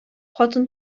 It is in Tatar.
хатын